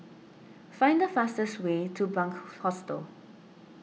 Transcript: find the fastest way to Bunc Hostel